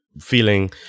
feeling